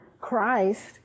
Christ